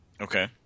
Okay